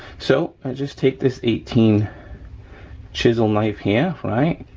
so i just take this eighteen chisel knife here, right?